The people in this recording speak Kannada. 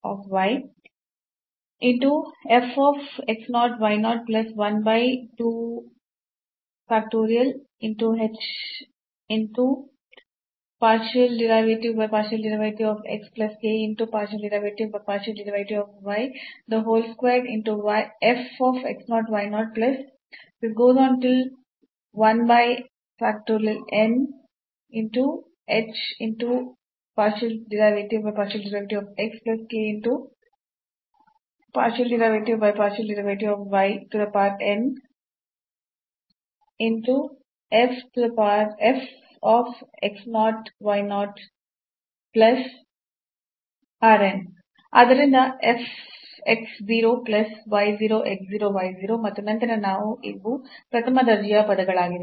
ಆದ್ದರಿಂದ f x 0 plus y 0 x 0 y 0 ಮತ್ತು ನಂತರ ಇವು ಪ್ರಥಮ ದರ್ಜೆಯ ಪದಗಳಾಗಿವೆ